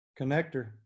connector